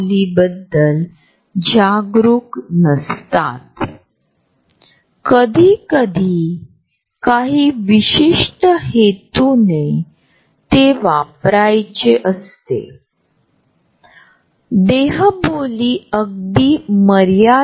सर्वप्रथम २००९ मधील अभ्यासानुसार हे अदृश्य फुगे मेंदूच्या आत खोल असलेल्या अमिगडालावर आधारित आहेत